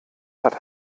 hat